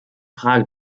frage